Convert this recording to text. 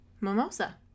Mimosa